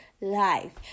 life